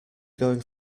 going